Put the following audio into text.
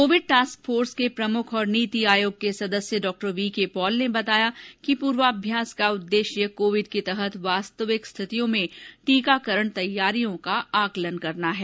Covid task force के प्रमुख और नीति आयोग के सदस्य डॉ वीके पॉल ने बताया कि पूर्वाभ्यास का मकसद कोविड के तहत वास्तविक स्थितियों में टीकाकरण तैयारियों का आकलन करना है